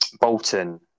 Bolton